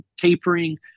tapering